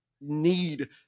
need